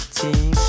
team